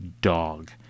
dog